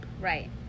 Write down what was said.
Right